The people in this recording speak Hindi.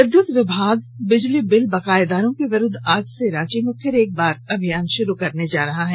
विद्युत विभाग बिजली बिल बकाएदारों के विरुद्व आज से रांची में फिर एक बार अभियान शुरू करने जा रहा है